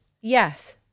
yes